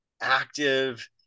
active